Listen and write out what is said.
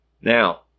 Now